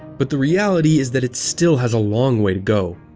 but the reality is that it still has a long way to go.